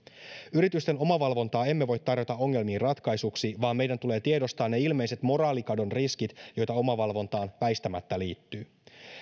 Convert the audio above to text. yritysten omavalvontaa emme voi tarjota ongelmiin ratkaisuksi vaan meidän tulee tiedostaa ne ilmeiset moraalikadon riskit joita omavalvontaan väistämättä liittyy